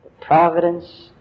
providence